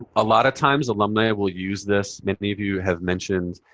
a lot of times, alumni will use this many of you have mentioned,